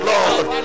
Lord